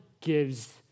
gives